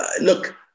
Look